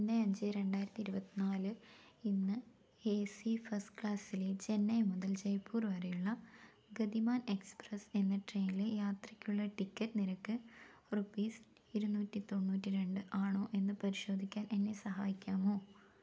ഒന്ന് അഞ്ച് രണ്ടായിരത്തി ഇരുപത്തിനാലിന് ഏ സി ഫസ്റ്റ് ക്ലാസിലെ ചെന്നൈ മുതൽ ജയ്പ്പൂർ വരെയുള്ള ഗതിമാൻ എക്സ്പ്രസ്സ് എന്ന ട്രേയിനിലെ യാത്രയ്ക്കുള്ള ടിക്കറ്റ് നിരക്ക് റുപ്പീസ് ഇരുന്നൂറ്റിത്തൊണ്ണൂറ്റിരണ്ടാണോയെന്ന് പരിശോധിക്കാൻ എന്നെ സഹായിക്കാമോ